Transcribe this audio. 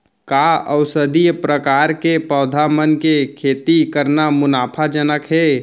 का औषधीय प्रकार के पौधा मन के खेती करना मुनाफाजनक हे?